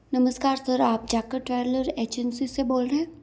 नमस्कार सर आप Jakhar trailer agency से बोल रहे हैं